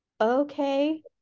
okay